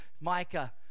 Micah